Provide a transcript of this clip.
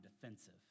defensive